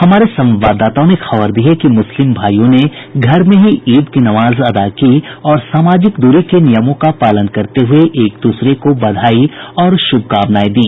हमारे संवाददाताओं ने खबर दी है कि मुस्लिम भाईयों ने घर में ही ईद की नमाज अदा की और सामाजिक दूरी के नियमों का पालन करते हुये एक दूसरे को बधाई और शुभकमनाएं दी